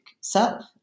self